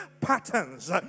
patterns